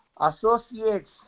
associates